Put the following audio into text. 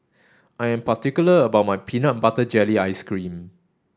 I am particular about my peanut butter jelly ice cream